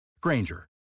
Granger